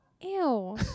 ew